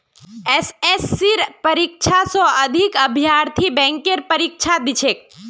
एसएससीर परीक्षा स अधिक अभ्यर्थी बैंकेर परीक्षा दी छेक